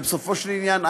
ובסופו של עניין,